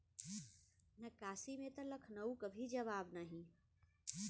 नक्काशी में त लखनऊ क भी जवाब नाही